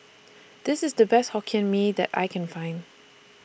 This IS The Best Hokkien Mee that I Can Find